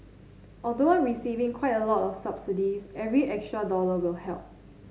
although receiving quite a lot of subsidies every extra dollar will help